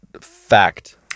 fact